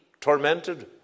tormented